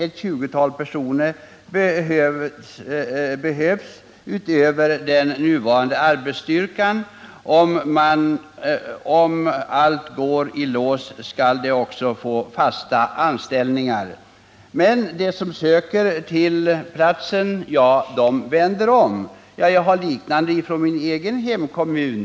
Ett 20-tal personer behövs utöver den nuvarande arbetsstyrkan. Om allt går i lås skall de också få fasta anställningar. Men de som söker platsen vänder om. Jag har liknande uppgifter från min egen hemkommun.